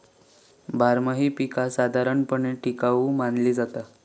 बारमाही पीका साधारणपणे टिकाऊ मानली जाता